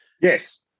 Yes